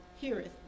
heareth